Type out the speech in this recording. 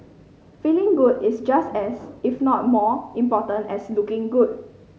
feeling good is just as if not more important as looking good